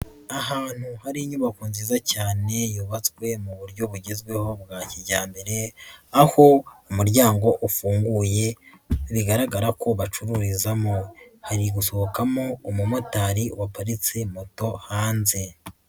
Ahantu hari inyubako nziza cyane yubatswe mu buryo bugezweho bwa kijyambere, aho umuryango ufunguye, bigaragara ko bacururizamo. Hari gusohokamo umumotari waparitse moto hanze.